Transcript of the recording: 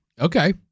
Okay